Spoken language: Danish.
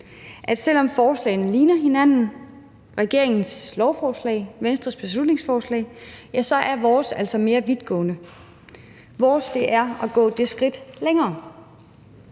at selv om forslagene ligner hinanden – regeringens lovforslag og Venstres beslutningsforslag – så er vores altså mere vidtgående; vores er at gå det skridt længere.